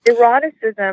Eroticism